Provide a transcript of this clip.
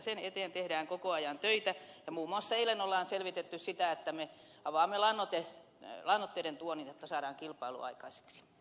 sen eteen tehdään koko ajan töitä ja muun muassa eilen on selvitetty sitä että me avaamme lannoitteiden tuonnin että saadaan kilpailua aikaiseksi